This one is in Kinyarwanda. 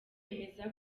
yemeza